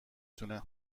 تونه